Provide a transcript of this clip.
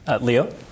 Leo